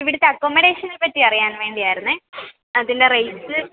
ഇവിടുത്തെ അക്കോമഡേഷനെപ്പറ്റി അറിയാൻ വേണ്ടിയായിരുന്നേ അതിൻ്റെ റേറ്റ്